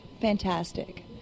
fantastic